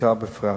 ומצוקה בפרט.